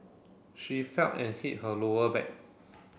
she fell and hit her lower back